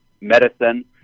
medicine